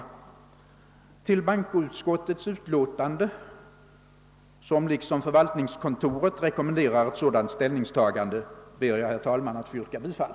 Banko utskottet rekommenderar liksom förvaltningskontoret ett sådant ställningstagande, och till denna hemställan ber iag, herr talman, att få yrka bifall.